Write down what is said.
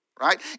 right